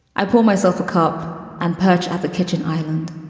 i pour myself a cup and perch at the kitchen island.